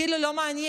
כאילו לא מעניין,